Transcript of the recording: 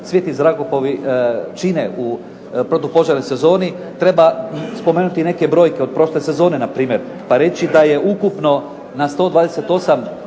svi ti zrakoplovi čine u protupožarnoj sezoni treba spomenuti i neke brojke od prošle sezone npr. pa reći da je ukupno na 128